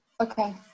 Okay